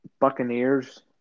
Buccaneers